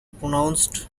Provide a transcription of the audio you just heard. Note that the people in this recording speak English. pronounced